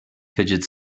fidget